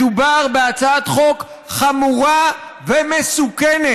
מדובר בהצעת חוק חמורה ומסוכנת.